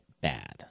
bad